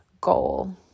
goal